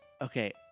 Okay